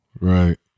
Right